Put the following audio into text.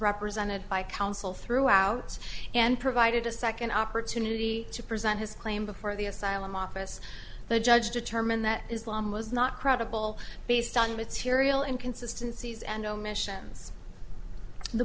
represented by counsel throughout and provided a second opportunity to present his claim before the asylum office the judge determined that islam was not credible based on material and consistencies and omissions the